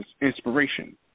inspiration